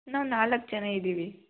ನಾವು ನಾಲ್ಕು ಜನ ಇದ್ದೀವಿ